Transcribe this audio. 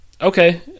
okay